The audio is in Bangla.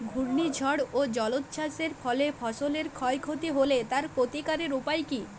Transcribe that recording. ঘূর্ণিঝড় ও জলোচ্ছ্বাস এর ফলে ফসলের ক্ষয় ক্ষতি হলে তার প্রতিকারের উপায় কী?